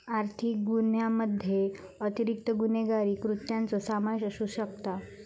आर्थिक गुन्ह्यामध्ये अतिरिक्त गुन्हेगारी कृत्यांचो समावेश असू शकता